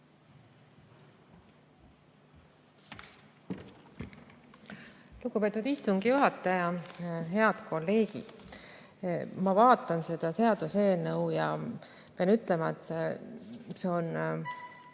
Lugupeetud istungi juhataja! Head kolleegid! Ma vaatan seda seaduse eelnõu ja pean ütlema, et see on